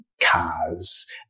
cars